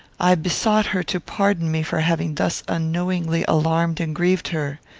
i besought her to pardon me for having thus unknowingly alarmed and grieved her.